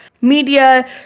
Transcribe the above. media